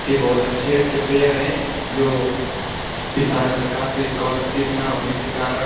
के बहुत अच्छे अच्छे प्लेयर हैं जो सारे सरकार से इस्कॉलरसिप न होने के कारण